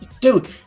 Dude